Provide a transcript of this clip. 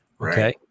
okay